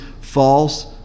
false